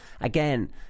again